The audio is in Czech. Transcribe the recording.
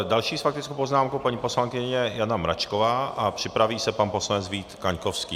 Další s faktickou poznámkou paní poslankyně Jana Mračková a připraví se pan poslanec Vít Kaňkovský.